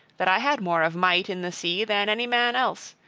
that i had more of might in the sea than any man else,